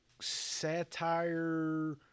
satire